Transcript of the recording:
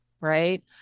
Right